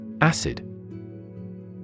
Acid